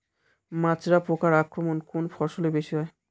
মাজরা পোকার আক্রমণ কোন ফসলে বেশি হয়?